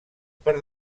per